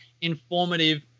informative